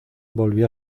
volvió